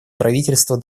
правительства